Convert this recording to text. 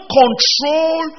control